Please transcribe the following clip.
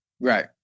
Right